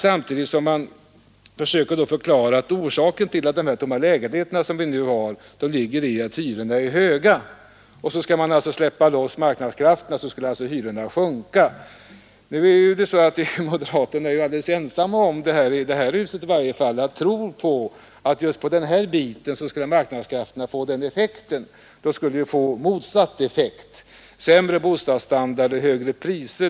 Samtidigt försöker herr Wennerfors förklara att orsaken till att lägenheter står tomma ligger däri att hyrorna är för höga, men släpper man bara loss marknadskrafterna så kommer hyrorna att sjunka! Emellertid är moderaterna alldeles ensamma i det här huset i varje fall — om sin tro att just på den här biten skulle marknadskrafterna få den effekten. De skulle ju få motsatt effekt: sämre bostadsstandard och högre priser.